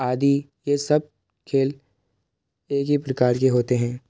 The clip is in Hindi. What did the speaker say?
आदि यह सब खेल एक ही प्रकार के होते हैं